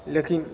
लेकिन